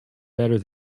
better